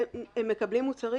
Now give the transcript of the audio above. הם מקבלים מוצרים.